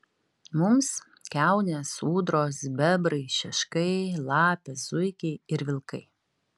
mums kiaunės ūdros bebrai šeškai lapės zuikiai ir vilkai